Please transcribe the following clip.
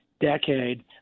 decade